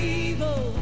evil